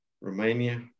romania